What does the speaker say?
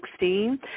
2016